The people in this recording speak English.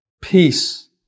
peace